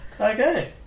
Okay